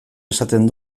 esaten